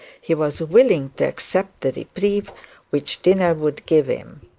he was willing to accept the reprieve which dinner would give him.